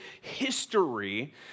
history